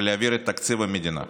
ולהעביר את תקציב המדינה.